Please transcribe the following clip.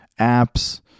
apps